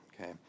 Okay